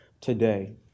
today